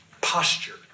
Posture